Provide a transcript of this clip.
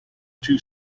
two